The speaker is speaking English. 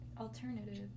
alternative